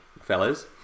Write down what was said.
fellas